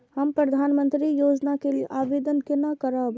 हम प्रधानमंत्री योजना के लिये आवेदन केना करब?